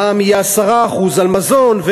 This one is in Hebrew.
מע"מ יהיה 10% על מזון,